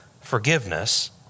forgiveness